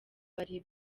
bari